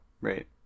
Right